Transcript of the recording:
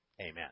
Amen